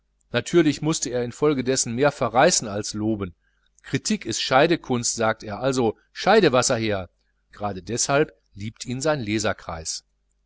natürlich muß er infolgedessen mehr verreißen als loben kritik ist scheidekunst sagt er also scheidewasser her aber gerade deshalb liebt ihn sein leserkreis